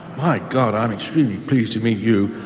my god, i'm extremely pleased to meet you.